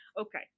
Okay